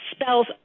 spells